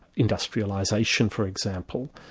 industrialisation, for example,